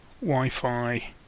Wi-Fi